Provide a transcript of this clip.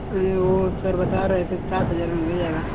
अरे वो सर बता रहे थे सात हजार में हो जाएगा